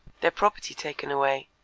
their property taken away,